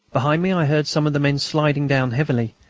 behind me i heard some of the men sliding down heavily,